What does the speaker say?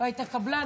היית קבלן,